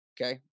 Okay